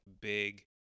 big